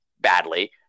badly